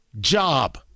job